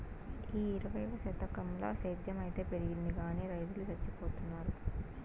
ఈ ఇరవైవ శతకంల సేద్ధం అయితే పెరిగింది గానీ రైతులు చచ్చిపోతున్నారు